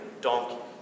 donkey